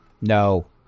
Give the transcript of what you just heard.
No